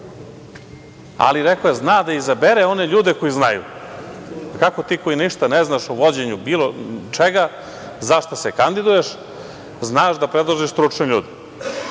ali, rekao je da zna da izabere one ljude koji znaju. Pa, kako ti koji ništa ne znaš o vođenju bilo čega, za šta se kandiduješ, znaš da predložiš stručne ljude?